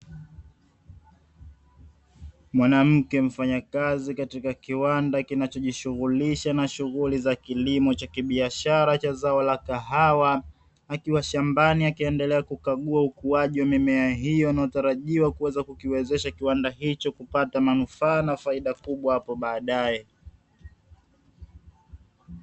Mwanamke mfanyakazi katika kiwanda kinacho jishughulisha na shughuli za kilimo cha kibiashara cha zao la kahawa, akiwa shambani akiendelea kukagua ukuaji wa mimea hiyo inayotarajiwa kuweza kukiwezesha kiwanda hicho kupata manufaa na faida kubwa hapo baadaye.